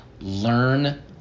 learn